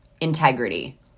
integrity